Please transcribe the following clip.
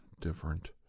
different